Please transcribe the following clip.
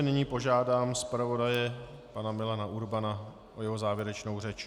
Nyní požádám zpravodaje, pana Milana Urbana, o jeho závěrečnou řeč.